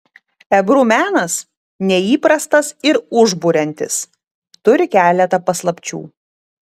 ebru menas neįprastas ir užburiantis turi keletą paslapčių